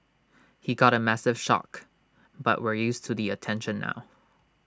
he got A massive shock but we're used to the attention now